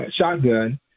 shotgun